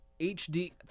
HD